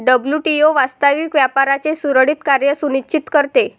WTO वास्तविक व्यापाराचे सुरळीत कार्य सुनिश्चित करते